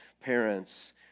parents